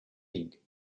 ink